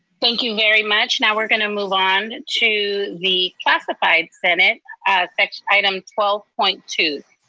thank you very much. now we're gonna move on to the classified senate, item twelve point two.